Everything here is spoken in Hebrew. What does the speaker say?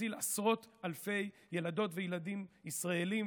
שהצילה עשרות אלפי ילדים וילדות ישראלים,